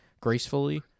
gracefully